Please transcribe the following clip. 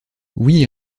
oui